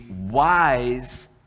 wise